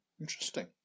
Interesting